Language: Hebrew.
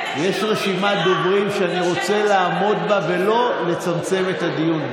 יש רשימת דוברים שאני רוצה לעמוד בה ולא לצמצם את הדיון.